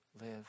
live